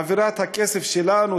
מעבירה את הכסף שלנו,